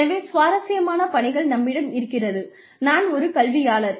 எனவே சுவாரஸ்யமான பணிகள் நம்மிடம் இருக்கிறது நான் ஒரு கல்வியாளர்